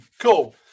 Cool